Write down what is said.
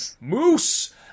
Moose